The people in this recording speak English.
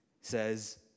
says